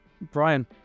Brian